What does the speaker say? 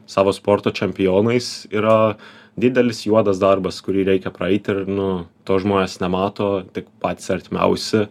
savo sporto čempionais yra didelis juodas darbas kurį reikia praeiti ir nu to žmonės nemato tik patys artimiausi